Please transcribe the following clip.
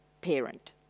parent